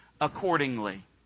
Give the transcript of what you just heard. accordingly